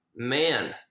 Man